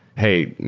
hey,